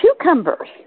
cucumbers